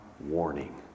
warning